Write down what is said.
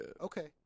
Okay